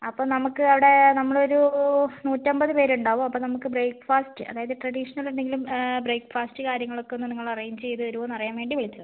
അപ്പം നമുക്ക് അവിടെ നമ്മളൊരു നൂറ്റൻപത് പേര് ഉണ്ടാവും അപ്പം നമുക്ക് ബ്രേക്ക്ഫാസ്റ്റ് അതായത് ട്രഡീഷണൽ എന്തെങ്കിലും ബ്രേക്ക്ഫാസ്റ്റ് കാര്യങ്ങളൊക്കെ ഒന്ന് നിങ്ങൾ അറേഞ്ച് ചെയ്ത് തരുവോന്ന് അറിയാൻ വേണ്ടി വിളിച്ചതാണ്